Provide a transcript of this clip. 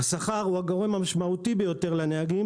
השכר הוא הגורם המשמעותי ביותר לנהגים